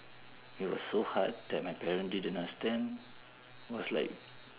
it was so hard that my parents didn't understand was like